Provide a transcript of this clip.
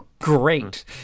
Great